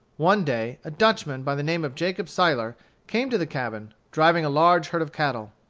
one day, a dutchman by the name of jacob siler came to the cabin, driving a large herd of cattle.